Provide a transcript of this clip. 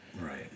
Right